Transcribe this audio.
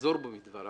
יחזור בו מדבריו.